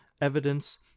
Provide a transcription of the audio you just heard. evidence